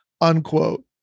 unquote